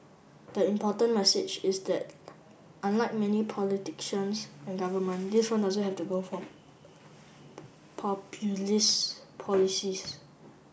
the important message is that unlike many politicians and government this one doesn't have to go for populist policies